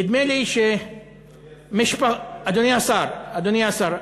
נדמה לי אדוני השר.